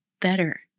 better